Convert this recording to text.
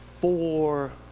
Four